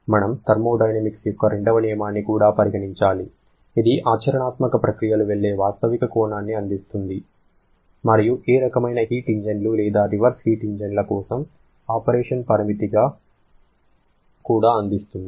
మనము థర్మోడైనమిక్స్ యొక్క రెండవ నియమాన్ని కూడా పరిగణించాలి ఇది ఆచరణాత్మక ప్రక్రియలు వెళ్ళే వాస్తవిక కోణాన్ని అందిస్తుంది మరియు ఏ రకమైన హీట్ ఇంజిన్లు లేదా రివర్స్డ్ హీట్ ఇంజిన్ల కోసం ఆపరేషన్ పరిమితిని కూడా అందిస్తుంది